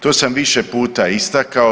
To sam više puta istakao.